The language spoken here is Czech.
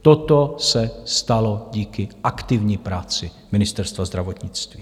Toto se stalo díky aktivní práci Ministerstva zdravotnictví.